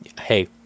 hey